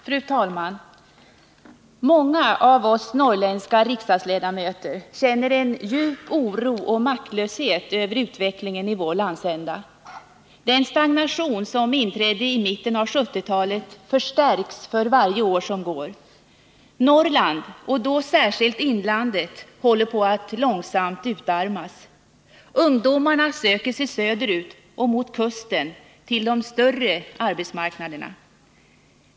Fru talman! Många av oss norrländska riksdagsledamöter känner en djup oro och maktlöshet över utvecklingen i vår landsända. Den stagnation som inträdde i mitten av 1970-talet förstärks för varje år som går. Norrland och då särskilt inlandet håller på att långsamt utarmas. Ungdomarna söker sig söderut och mot kusten till de större arbetsmarknaderna.